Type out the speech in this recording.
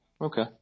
Okay